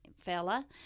fella